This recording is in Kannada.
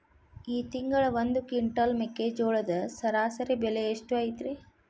ಈ ತಿಂಗಳ ಒಂದು ಕ್ವಿಂಟಾಲ್ ಮೆಕ್ಕೆಜೋಳದ ಸರಾಸರಿ ಬೆಲೆ ಎಷ್ಟು ಐತರೇ?